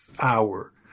hour